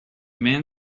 man